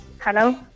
Hello